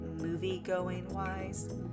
movie-going-wise